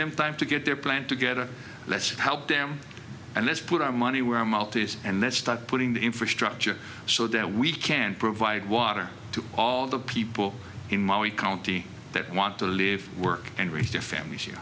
them time to get their plant together let's help them and let's put our money where our mouth is and that's start putting the infrastructure so that we can provide water to all the people in maui county that want to leave work and reach their families